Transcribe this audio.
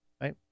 right